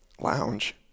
lounge